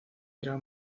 era